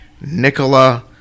Nicola